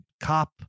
cop